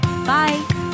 Bye